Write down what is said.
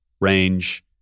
range